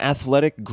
Athletic